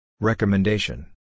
Recommendation